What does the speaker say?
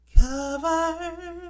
cover